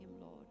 Lord